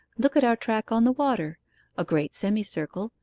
look at our track on the water a great semicircle,